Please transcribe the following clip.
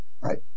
Right